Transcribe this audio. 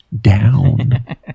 down